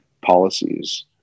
policies